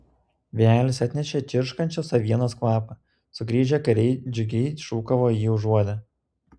vėjelis atnešė čirškančios avienos kvapą sugrįžę kariai džiugiai šūkavo jį užuodę